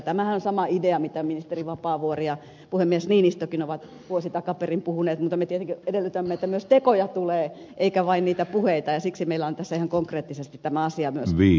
tämähän on sama idea josta ministeri vapaavuori ja puhemies niinistökin ovat vuosi takaperin puhuneet mutta me tietenkin edellytämme että myös tekoja tulee eikä vain niitä puheita ja siksi meillä on tässä ihan konkreettisesti tämä asia myös paperilla